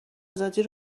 آزادی